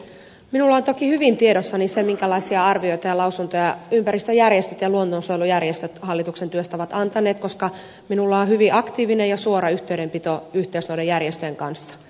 minulla on toki hyvin tiedossani se minkälaisia arvioita ja lausuntoja ympäristöjärjestöt ja luonnonsuojelujärjestöt hallituksen työstä ovat antaneet koska minulla on hyvin aktiivinen ja suora yhteys järjestöihin